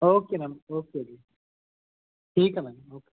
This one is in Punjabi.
ਓਕੇ ਮੈਮ ਓਕੇ ਜੀ ਠੀਕ ਹੈ ਮੈਮ ਓਕੇ